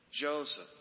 Joseph